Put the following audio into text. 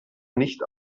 nicht